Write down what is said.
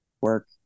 work